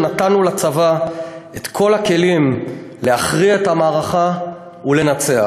נתנו לצבא את כל הכלים להכריע במערכה ולנצח.